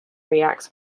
reacts